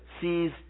sees